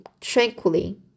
tranquilly